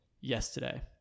yesterday